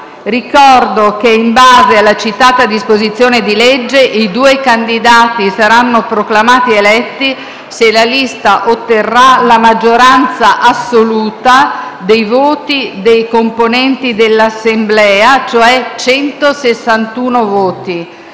Ricordo che in base alla citata disposizione di legge i due candidati saranno proclamati eletti se la lista posta in votazione otterrà la maggioranza assoluta dei voti dei componenti l'Assemblea, cioè 161 voti.